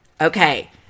Okay